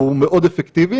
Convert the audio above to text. הוא מאוד אפקטיבי,